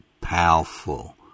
powerful